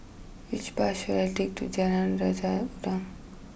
which bus should I take to Jalan Raja Udang